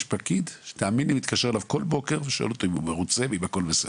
יש פקיד שמתקשר אליו כל בוקר ושואל אותו אם הוא מרוצה והכל בסדר.